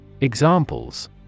Examples